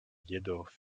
jedoch